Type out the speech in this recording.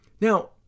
Now